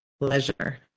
Pleasure